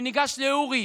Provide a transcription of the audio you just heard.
אני ניגש לאורי,